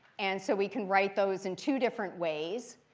and so we can write those in two different ways.